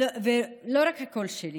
ולא רק הקול שלי,